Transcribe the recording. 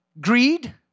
greed